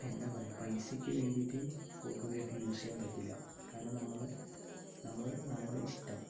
എന്താ പറയുക പൈസയ്ക്ക് വേണ്ടിയിട്ട് ഫോട്ടോഗ്രഫി യൂസ് ചെയ്യാൻ പറ്റില്ല കാരണം നമ്മൾ നമ്മൾ നമ്മളുടെ ഇഷ്ടം